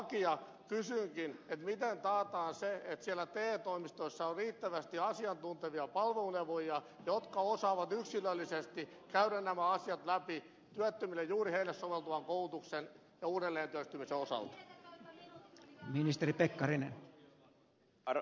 miten taataan se että siellä te toimistoissa on riittävästi asiantuntevia palveluneuvojia jotka osaavat yksilöllisesti käydä nämä asiat läpi työttömille soveltuvan koulutuksen ja uudelleentyöllistymisen osalta